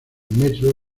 metro